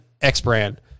X-Brand